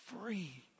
free